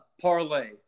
parlay